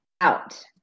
out